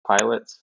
pilots